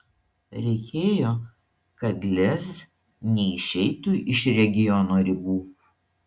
reikėjo kad lez neišeitų iš regiono ribų